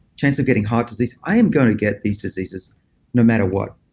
chance of getting heart disease, i am going to get these diseases no matter what.